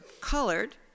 colored